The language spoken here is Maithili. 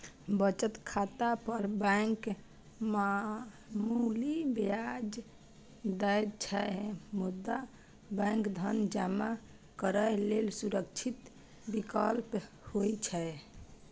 बचत खाता पर बैंक मामूली ब्याज दै छै, मुदा बैंक धन जमा करै लेल सुरक्षित विकल्प होइ छै